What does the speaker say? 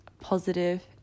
positive